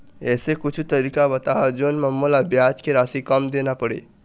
ऐसे कुछू तरीका बताव जोन म मोला ब्याज के राशि कम देना पड़े?